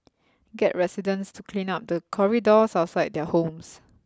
get residents to clean up the corridors outside their homes